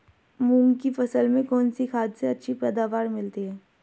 मूंग की फसल में कौनसी खाद से अच्छी पैदावार मिलती है?